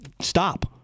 Stop